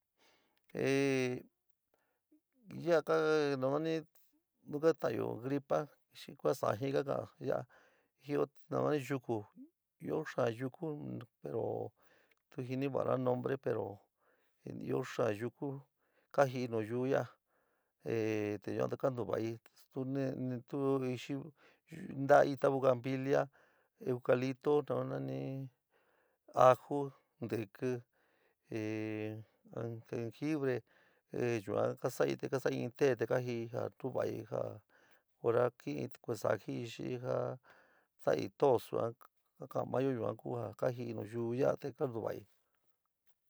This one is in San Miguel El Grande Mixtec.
yaá kaa nani nu ka ta'anyo gripa xi kueé sáaji ka kaán yaá jɨ'o yuku ɨó xaán yuku pero tu jiniva'ana nombre pero ɨó xaán yuku ka jɨóɨ nayuú ya'a te ya'a te kantuva'i tu ni ntaá itá bugambilia eucalipto nu nani ajú, ntɨókɨ, ehh jenjibre ehh yuan ka sa'i te ka sa'i in te te kaji'í ja ntuva'i ja hora kɨɨn kue'é sájiin xi ja saɨ tos ja ka'an maáyo yuan ku ja ka jií nayiú yaá te ntuvaai.